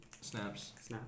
Snaps